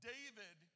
David